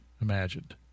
imagined